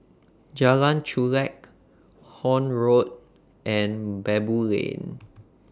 Jalan Chulek Horne Road and Baboo Lane